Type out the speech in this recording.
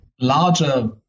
larger